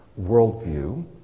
worldview